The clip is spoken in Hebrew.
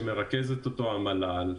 שמרכזת אותו המל"ל,